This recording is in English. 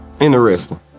Interesting